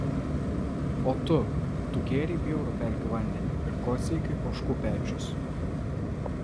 o tu tu gėrei bjaurų pelkių vandenį ir kosėjai kaip ožkų pečius